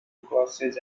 classes